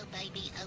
baby,